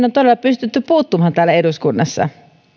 on todella pystytty puuttumaan täällä eduskunnassa